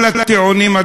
כל הטיעונים שטענת,